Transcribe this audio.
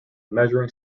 measuring